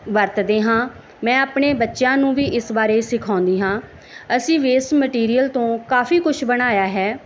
ਵਰਤਦੇ ਹਾਂ ਮੈਂ ਆਪਣੇ ਬੱਚਿਆਂ ਨੂੰ ਵੀ ਇਸ ਬਾਰੇ ਸਿਖਾਉਂਦੀ ਹਾਂ ਅਸੀਂ ਵੇਸਟ ਮਟੀਰੀਅਲ ਤੋਂ ਕਾਫੀ ਕੁਝ ਬਣਾਇਆ ਹੈ